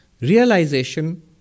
Realization